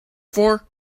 for